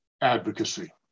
advocacy